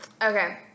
Okay